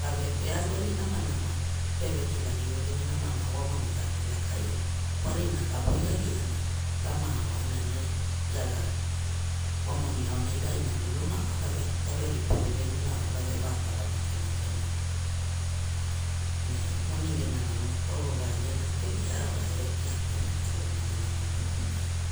gave pe aluali nama nama peve kiagi veveni namanaa wa moni ga api lakai ana warina ga voiagiana garia oana ne ia ga wa moni awai ga inaguluna wa gave gavereripa vevenina or gave vakana make make na ne moni gena nama kwaua wa iana pe gia awa e ia peve kala namanama pakunai.